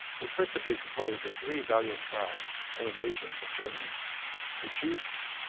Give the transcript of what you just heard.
were principally composed of three valiant tribes or nations of germany the jutes,